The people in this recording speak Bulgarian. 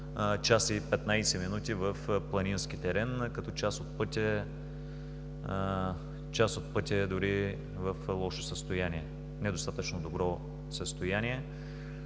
в планински терен, като част от пътя е дори в лошо състояние, недостатъчно добро състояние.